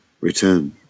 return